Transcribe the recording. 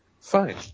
fine